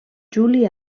juli